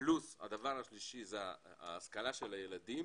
פלוס ההשכלה של הילדים